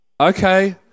okay